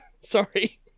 sorry